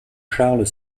charles